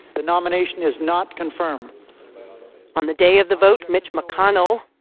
the nomination is not confirmed on the day of the vote, mitch mcconnell,